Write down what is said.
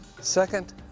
Second